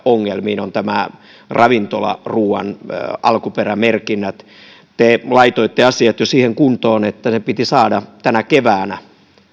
ongelmiin on nämä ravintolaruuan alkuperämerkinnät te laitoitte asiat jo siihen kuntoon että se piti saada tänä keväänä